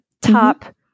top